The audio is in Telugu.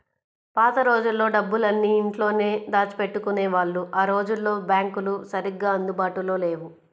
పాత రోజుల్లో డబ్బులన్నీ ఇంట్లోనే దాచిపెట్టుకునేవాళ్ళు ఆ రోజుల్లో బ్యాంకులు సరిగ్గా అందుబాటులో లేవు